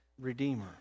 redeemer